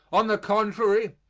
on the contrary,